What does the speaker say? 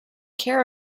care